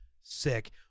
sick